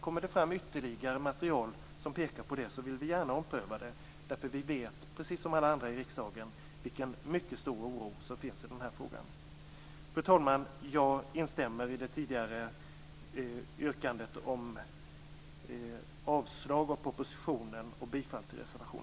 Kommer det fram ytterligare material som pekar på det vill vi gärna ompröva beslutet. Vi vet precis som alla andra i riksdagen vilken stor oro det finns i den här frågan. Fru talman! Jag instämmer i det tidigare yrkandet om avslag på propositionen och bifall till reservation